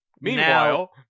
Meanwhile